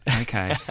Okay